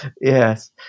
Yes